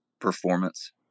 performance